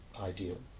ideal